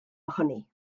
ohoni